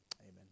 Amen